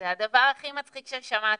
זה הדבר הכי מצחיק ששמעתי,